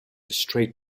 straight